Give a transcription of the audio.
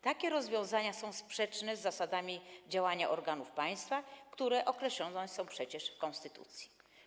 Takie rozwiązania są sprzeczne z zasadami działania organów państwa, które określone są przecież w konstytucji.